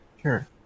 Sure